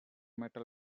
metal